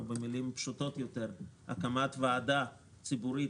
או במילים פשוטות יותר: הקמת ועדה ציבורית